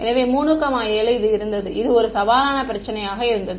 எனவே 3 7 இது இருந்தது இது ஒரு சவாலான பிரச்சினையாக இருந்தது